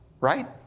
right